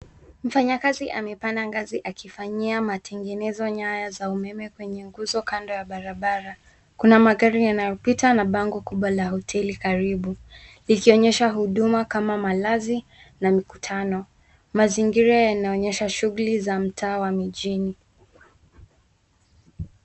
Mfanyikazi amepanda ngazi akifanyia matengenezo nyaya za umeme kwenye nguzo kando ya barabara. Kuna magari yanayopita na bango kubwa la hoteli karibu likionyesha huduma kama malazi na mikutano. Mazingira yanaonyesha shughuli za mtaa wa mjini.